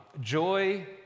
Joy